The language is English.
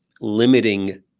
limiting